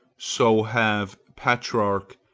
so have petrarch,